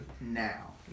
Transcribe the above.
now